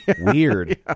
weird